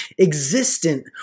existent